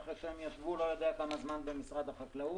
אחרי שהם ישבו לא יודע כמה זמן במשרד החקלאות.